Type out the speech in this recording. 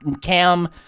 cam